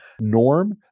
norm